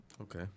Okay